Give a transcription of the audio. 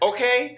Okay